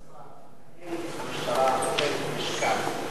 האם, כבוד השר, במשטרה אין משקל למצב